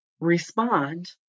respond